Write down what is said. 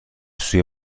سوی